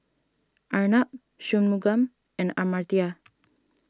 Arnab Shunmugam and Amartya